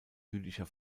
jüdischer